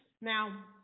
Now